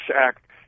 act